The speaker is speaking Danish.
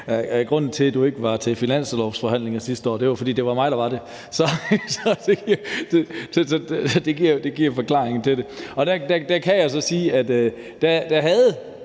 Grunden til, at du ikke var til finanslovsforhandlinger sidste år, var, at det var mig, der var det. Så det er forklaringen på det. Der kan jeg så sige, at jeg dér